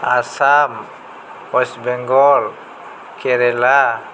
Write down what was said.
Assam West Bengal Kerala